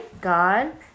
God